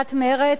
סיעת מרצ,